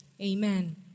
Amen